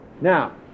Now